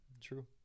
True